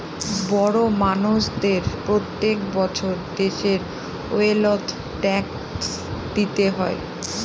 বড় মানষদের প্রত্যেক বছর দেশের ওয়েলথ ট্যাক্স দিতে হয়